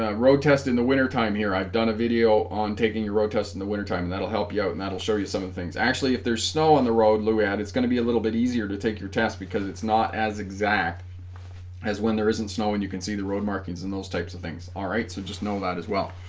ah road test in the wintertime here i've done a video on taking your road test in the winter time and that'll help you out and that'll show you some of the things actually if there's snow on the road loo ad it's gonna be a little bit easier to take your test because it's not as exact as when there isn't snow and you can see the road markings and those types of things all right so just know that as well